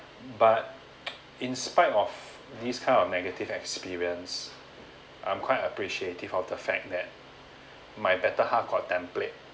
but in spite of this kind of negative experience I'm quite appreciative of the fact that my better heart contemplate